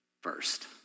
first